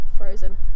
Frozen